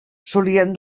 solien